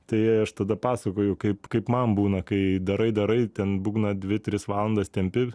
tai aš tada pasakoju kaip kaip man būna kai darai darai ten būgną dvi tris valandas tempi